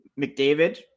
McDavid